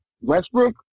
Westbrook